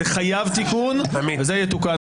זה חייב תיקון וזה יתוקן.